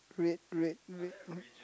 red red red